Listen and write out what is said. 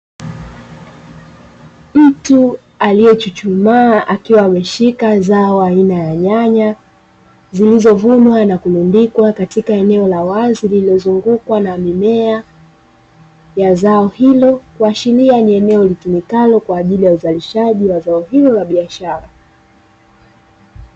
MTU aliye chuchumaa akiwa ameshika zao aina ya nyanya zilizovunwa na kurundikwa katika eneo la wazi lililozungukwa na mimea ya zao hilo, kuashiria ni eneo litumikalo kwaajili ya uzalishaji wa zao hilo la biashara.